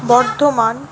Bardhaman